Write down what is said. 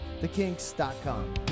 thekinks.com